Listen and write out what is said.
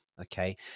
Okay